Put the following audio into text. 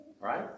Right